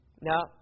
Now